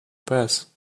perth